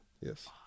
Yes